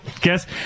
guess